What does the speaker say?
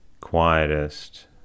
quietest